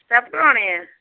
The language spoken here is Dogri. स्टैप कराने न